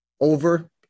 over